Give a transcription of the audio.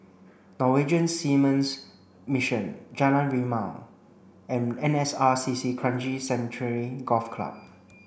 Norwegian Seamen's Mission Jalan Rimau and N S R C C Kranji Sanctuary Golf Club